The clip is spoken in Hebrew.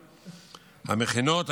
המכינות,